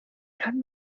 kann